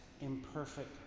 imperfect